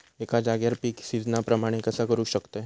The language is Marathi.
एका जाग्यार पीक सिजना प्रमाणे कसा करुक शकतय?